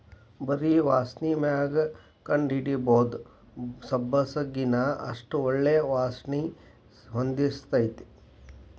ಬರಿ ವಾಸ್ಣಿಮ್ಯಾಲ ಕಂಡಹಿಡಿಬಹುದ ಸಬ್ಬಸಗಿನಾ ಅಷ್ಟ ಒಳ್ಳೆ ವಾಸ್ಣಿ ಹೊಂದಿರ್ತೈತಿ